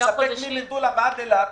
לספק ממטולה ועד אילת,